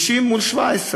90 מול 17,